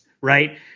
right